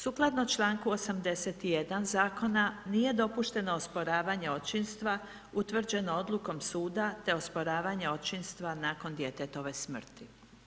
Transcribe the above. Sukladno članku 81. zakona nije dopušteno osporavanje očinstva utvrđeno odlukom suda te osporavanja očinstva nakon djetetove smrti.